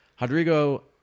Rodrigo